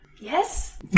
Yes